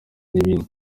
n’ibindi